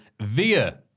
Via